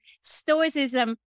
stoicism